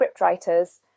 scriptwriters